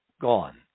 gone